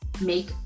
make